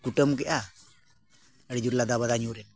ᱠᱩᱴᱟᱹᱢ ᱠᱮᱜᱼᱟ ᱟᱹᱰᱤ ᱡᱳᱨ ᱞᱟᱫᱟ ᱵᱟᱫᱟ ᱧᱩᱨᱮᱱ ᱜᱮ